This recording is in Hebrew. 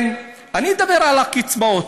אני אדבר על הקצבאות.